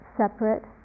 separate